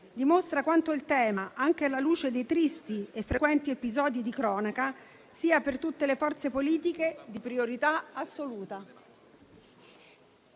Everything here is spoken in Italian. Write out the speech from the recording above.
dimostra quanto il tema, anche alla luce dei tristi e frequenti episodi di cronaca, sia per tutte le forze politiche di priorità assoluta.